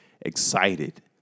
Excited